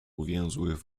uwięzłych